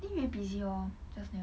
think he very busy lor just new